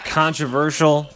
controversial